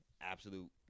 absolute